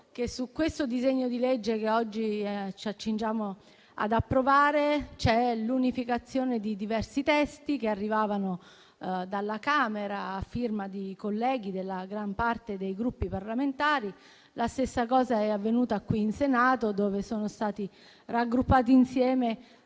che, in questo disegno di legge che oggi ci accingiamo ad approvare, c'è stata l'unificazione di diversi testi che arrivavano dalla Camera, a firma di colleghi della gran parte dei Gruppi parlamentari. La stessa cosa è avvenuta qui in Senato, dove sono stati raggruppati insieme